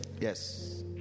Yes